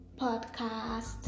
podcast